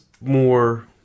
more